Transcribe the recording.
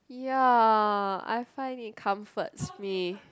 ya I find it comforts me